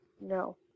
No